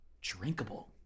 drinkable